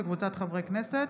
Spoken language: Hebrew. בבקשה,